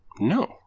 No